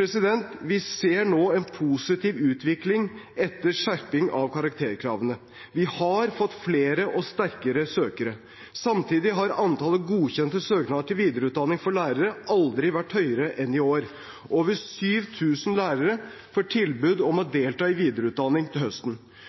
Vi ser nå en positiv utvikling etter skjerping av karakterkravene. Vi har fått flere og sterkere søkere. Samtidig har antallet godkjente søknader til videreutdanning for lærere aldri vært høyere enn i år. Over 7 000 lærere får tilbud om å delta i videreutdanning til høsten.